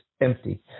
empty